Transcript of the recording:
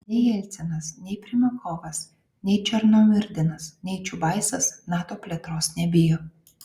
nei jelcinas nei primakovas nei černomyrdinas nei čiubaisas nato plėtros nebijo